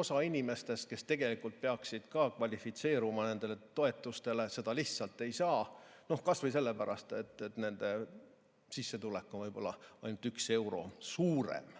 osa inimestest, kes tegelikult peaksid ka kvalifitseeruma nendele toetustele, neid lihtsalt ei saa, kas või sellepärast, et nende sissetulek on võib-olla ainult üks euro suurem,